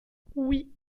oui